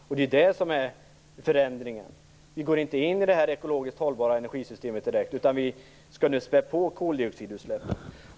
Förändringen innebär inte att vi går direkt in i ett ekologiskt hållbart energisystem, utan vi skall nu späda på koldioxidutsläppen.